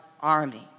army